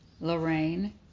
Lorraine